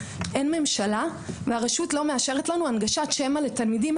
אין ממשלה והרשות לא מאשרת לנו הנגשת שמע לתלמידים,